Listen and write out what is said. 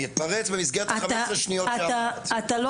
אני אתפרץ במסגרת החמש עשרה שניות שמותר לי.